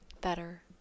Better